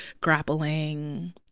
grappling